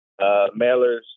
mailers